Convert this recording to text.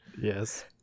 Yes